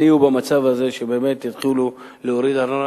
יהיו במצב הזה שבאמת יתחילו להוריד ארנונה.